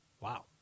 Wow